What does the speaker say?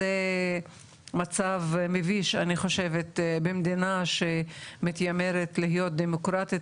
וזה מצב מביש אני חושבת במדינה שמתיימרת להיות דמוקרטית